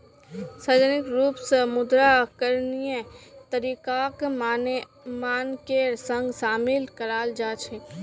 सार्वजनिक रूप स मुद्रा करणीय तरीकाक मानकेर संग शामिल कराल जा छेक